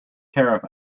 tariff